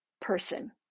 person